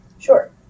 Sure